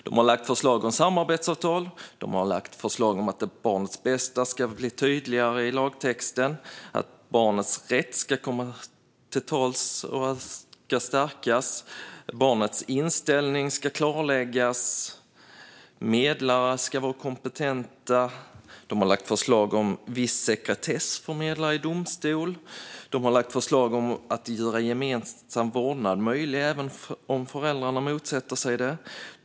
De har lagt förslag om samarbetsavtal, att barnens bästa ska bli tydligare i lagtexten, att barnets rätt ska komma till tals och stärkas, att barnens inställning ska klarläggas och att medlare ska vara kompetenta. De har lagt förslag om viss sekretess för medlare i domstol och om att göra gemensam vårdnad möjlig även om föräldrarna motsätter sig det.